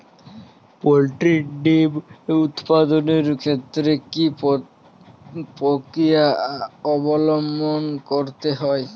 Poultry ডিম উৎপাদনের ক্ষেত্রে কি পক্রিয়া অবলম্বন করতে হয়?